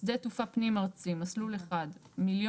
שדה תעופה פנים ארצי: מסלול אחד - 1,020,000.